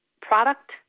product